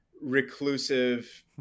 reclusive